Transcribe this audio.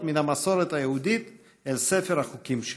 מן המסורת היהודית אל ספר החוקים שלנו.